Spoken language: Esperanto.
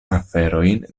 aferojn